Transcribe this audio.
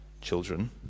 Children